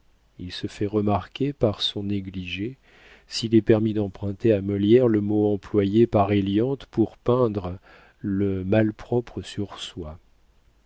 il se fait remarquer par son négligé s'il est permis d'emprunter à molière le mot employé par eliante pour peindre le malpropre sur soi